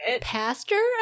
Pastor